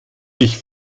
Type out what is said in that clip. ich